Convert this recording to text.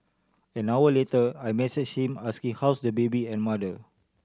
an hour later I messaged him asking how's the baby and mother